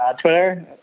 Twitter